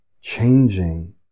changing